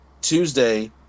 Tuesday